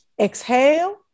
Exhale